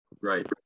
Right